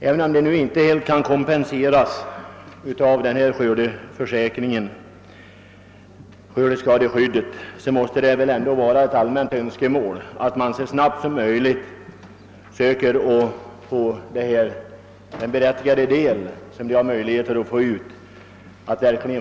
även om dessa inte helt kan kompenseras genom skördeskadeskyddet är det ett allmänt önskemål bland jordbrukarna att de så snabbt som möjligt får ut den ersättning som de är berättigade till.